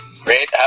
Great